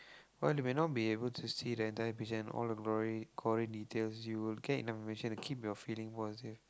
but we may not be able to see the entire vision all the glory glory details you will get enough information to keep your feeling positive